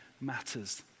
matters